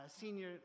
senior